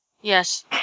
Yes